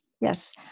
Yes